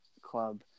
club